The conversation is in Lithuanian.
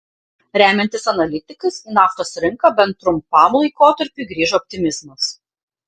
remiantis analitikais į naftos rinką bent trumpam laikotarpiui grįžo optimizmas